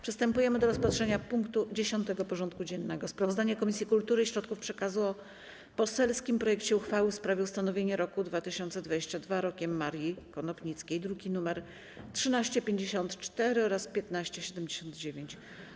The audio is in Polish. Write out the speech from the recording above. Przystępujemy do rozpatrzenia punktu 10. porządku dziennego: Sprawozdanie Komisji Kultury i Środków Przekazu o poselskim projekcie uchwały w sprawie ustanowienia roku 2022 rokiem Marii Konopnickiej (druki nr 1354 i 1579)